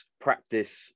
practice